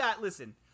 Listen